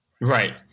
Right